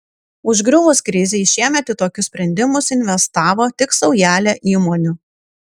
užgriuvus krizei šiemet į tokius sprendimus investavo tik saujelė įmonių